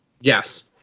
Yes